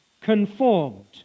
conformed